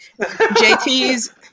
JT's